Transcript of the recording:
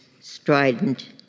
strident